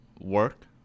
work